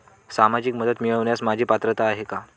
सामाजिक मदत मिळवण्यास माझी पात्रता आहे का?